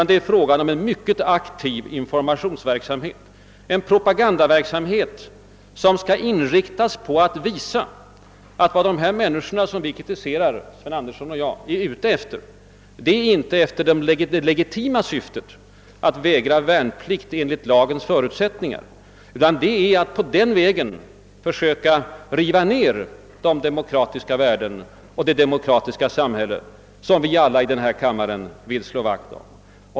Det behövs en aktiv informationsoch propagandaverksamhet som skall inriktas på att visa att vad de här människorna, som Sven Andersson och jag kritiserar, är ute efter inte är att legitimt vägra värnplikt enligt lagens förutsättningar, utan att på den vägen försöka riva ned de demokratiska värden och det demokratiska samhälle som alla i denna kammare vill slå vakt om.